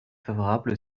favorable